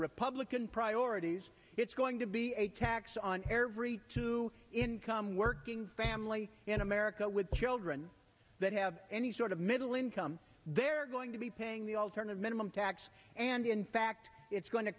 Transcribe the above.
republican priorities it's going to be a tax on every two income working family in america with children that have any sort of middle income they're going to be paying the alternative minimum tax and in fact it's go